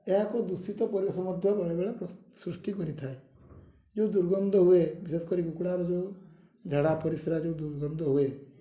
ଏହା ଏକ ଦୂଷିତ ପରିବେଶ ମଧ୍ୟ ବେଳେବେଳେ ସୃଷ୍ଟି କରିଥାଏ ଯେଉଁ ଦୁର୍ଗନ୍ଧ ହୁଏ ବିଶେଷ କରି କୁକୁଡ଼ାର ଯେଉଁ ଝାଡ଼ା ପରିସ୍ରା ଯେଉଁ ଦୁର୍ଗନ୍ଧ ହୁଏ